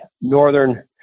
northern